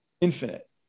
infinite